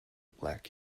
black